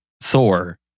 Thor